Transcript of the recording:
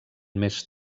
més